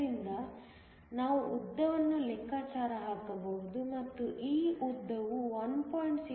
ಆದ್ದರಿಂದ ನಾವು ಉದ್ದವನ್ನು ಲೆಕ್ಕ ಹಾಕಬಹುದು ಮತ್ತು ಈ ಉದ್ದವು 1